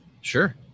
Sure